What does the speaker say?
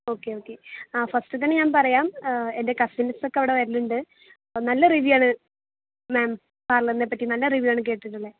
okay okay ആ first തന്നെ ഞാൻ പറയാം എൻ്റെ കസിൻസ് ഒക്കെ അവിടെ വരുന്നുണ്ട് അപ്പം നല്ല റിവ്യു ആണ് മാം പാർലറിനെപ്പറ്റി നല്ല റിവ്യു ആണ് കേട്ടിട്ടുള്ളത്